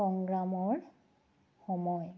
সংগ্ৰামৰ সময়